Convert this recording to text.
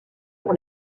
pour